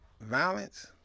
violence